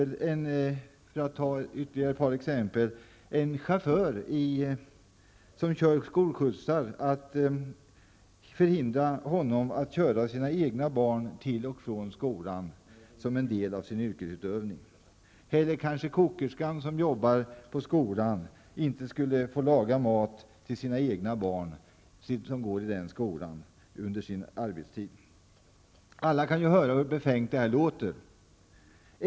Eller, för att ta ytterligare ett par exempel, förhindra chauffören som kör skolskjutsen att köra sina egna barn till och från skolan som en del av sin yrkesutövning eller förhindra kokerskan som arbetar på skolan att under sin arbetstid laga mat till sina egna barn som går i samma skola. Alla kan ju höra hur befängt det låter.